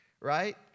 right